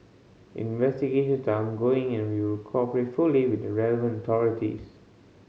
investigations are ongoing and we will cooperate fully with the relevant authorities